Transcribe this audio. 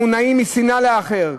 המונעים משנאה לאחר,